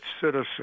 citizen